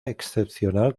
excepcional